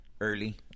early